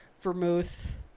vermouth